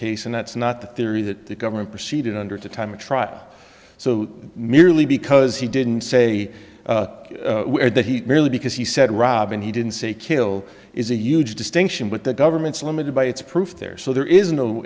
case and that's not the theory that the government proceeded under the time of trial so merely because he didn't say that he merely because he said rob and he didn't say kill is a huge distinction but the government's limited by its proof there so there is no